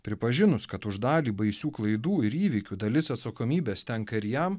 pripažinus kad už dalį baisių klaidų ir įvykių dalis atsakomybės tenka ir jam